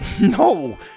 No